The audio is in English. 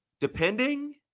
depending